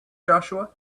joshua